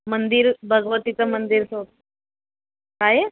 मंदिर भगवतीचं मंदिरचं काय आहे